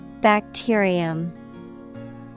Bacterium